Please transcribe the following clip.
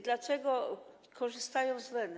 Dlaczego korzystają z renty?